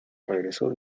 regresó